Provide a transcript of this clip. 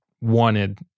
wanted